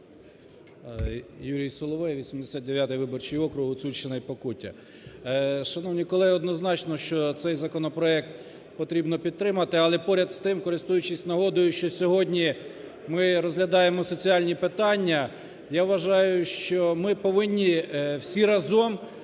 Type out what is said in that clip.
Юрій Соловей, 89 виборчий округ, Гуцульщина і Покуття. Шановні колеги, однозначно, що цей законопроект потрібно підтримати. Але поряд з тим, користуючись нагодою, що сьогодні ми розглядаємо соціальні питання, я вважаю, що ми повинні всі разом